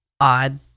odd